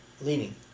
leaning